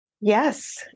Yes